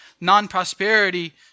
non-prosperity